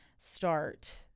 start